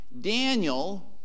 Daniel